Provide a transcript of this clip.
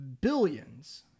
billions